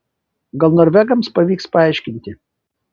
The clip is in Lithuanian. gal norvegams pavyks paaiškinti